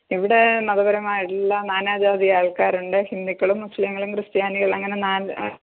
ഇവിടെ മതപരമായ എല്ലാ നാനാജാതി ആൾക്കാരുണ്ട് ഹിന്ദുക്കളും മുസ്ലിംകളും ക്രിസ്ത്യാനികളും അങ്ങനെ നാ